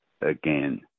again